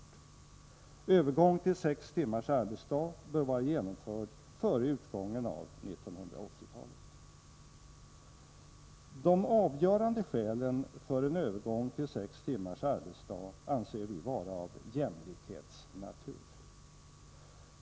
En övergång till sex timmars arbetsdag bör vara genomförd före utgången av 1980-talet. De avgörande skälen för en övergång till sex timmars arbetsdag anser vi vara av jämlikhetsnatur.